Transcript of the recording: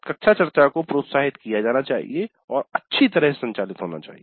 कक्षा चर्चा को प्रोत्साहित किया जाना चाहिए और अच्छी तरह से संचालित होना चाहिए